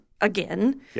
again